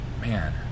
man